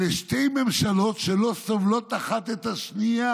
אלה שתי ממשלות שלא סובלות אחת את השנייה"